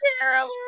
terrible